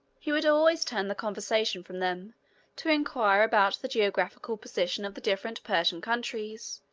he would always turn the conversation from them to inquire about the geographical position of the different persian countries,